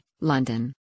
London